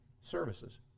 services